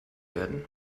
werden